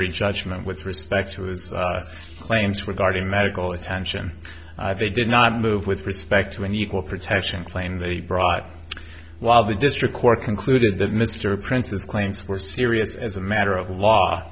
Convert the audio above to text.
judgment with respect to his claims regarding medical attention they did not move with respect to an equal protection claim they brought while the district court concluded that mr prince's claims were serious as a matter of law